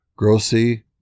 Grossy